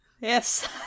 Yes